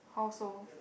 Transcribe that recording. household